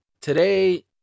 today